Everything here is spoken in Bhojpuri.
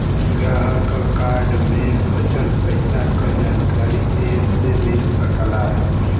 ग्राहक क कार्ड में बचल पइसा क जानकारी एप से मिल सकला